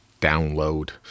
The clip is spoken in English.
download